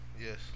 Yes